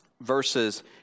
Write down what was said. verses